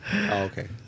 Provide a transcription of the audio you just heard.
okay